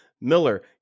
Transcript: Miller